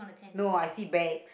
no I see bags